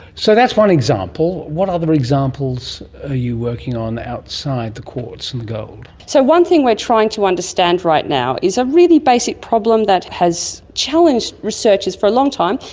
so that's one example. what other examples are you working on outside the quartz and the gold? so one thing we are trying to understand right now is a really basic problem that has challenged researchers for a long time,